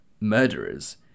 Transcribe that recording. murderers